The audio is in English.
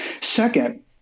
Second